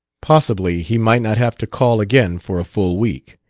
possibly he might not have to call again for a full week.